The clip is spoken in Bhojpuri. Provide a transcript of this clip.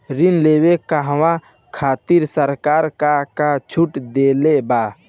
ऋण लेवे कहवा खातिर सरकार का का छूट देले बा?